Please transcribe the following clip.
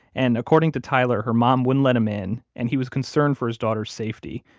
and according to tyler, her mom wouldn't let him in and he was concerned for his daughter's safety.